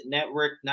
Network